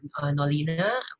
Nolina